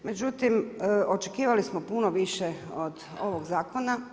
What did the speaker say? Međutim očekivali smo puno više od ovog zakona.